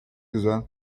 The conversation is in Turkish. güzel